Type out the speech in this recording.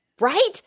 Right